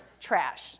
trash